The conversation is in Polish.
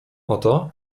oto